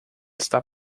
está